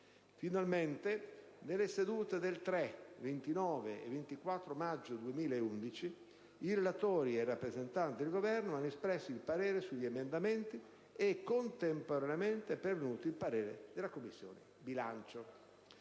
Finalmente, nelle sedute del 3, 29 e 24 maggio 2011 i relatori e i rappresentanti del Governo hanno espresso il parere sugli emendamenti e, contemporaneamente, è pervenuto il parere della Commissione